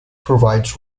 provides